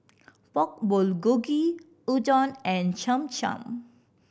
Pork Bulgogi Udon and Cham Cham